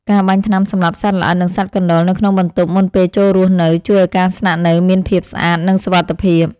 ការបាញ់ថ្នាំសម្លាប់សត្វល្អិតនិងសត្វកណ្តុរនៅក្នុងបន្ទប់មុនពេលចូលរស់នៅជួយឱ្យការស្នាក់នៅមានភាពស្អាតនិងសុវត្ថិភាព។